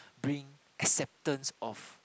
bring acceptance of